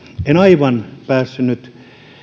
en aivan päässyt nyt